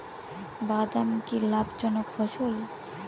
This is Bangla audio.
বাদাম কি লাভ জনক ফসল?